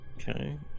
Okay